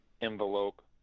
envelope